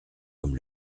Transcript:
comme